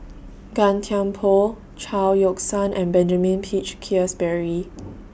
Gan Thiam Poh Chao Yoke San and Benjamin Peach Keasberry